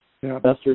Investors